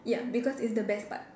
ya because it's the best part